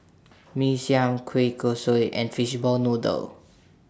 Mee Siam Kueh Kosui and Fishball Noodle